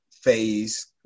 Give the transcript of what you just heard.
phase